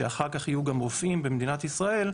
שאחר כך יהיו גם רופאים במדינת ישראל,